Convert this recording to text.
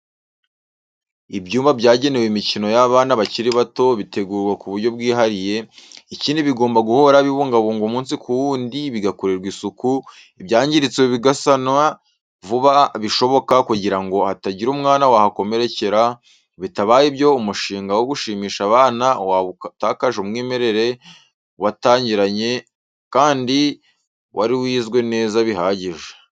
Ibyumba byagenewe imikino y'abana bakiri bato bitegurwa ku buryo bwihariye, ikindi bigomba guhora bibungabungwa umunsi ku wundi, bigakorewa isuku, ibyangiritse bigasanwa vuba bishoboka kugira ngo hatagira umwana wahakomerekera, bitabaye ibyo umushinga wo gushimisha abana waba utakaje umwimerere watangiranye kandi wari wizwe neza bihagije.